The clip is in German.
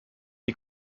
die